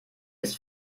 ist